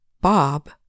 Bob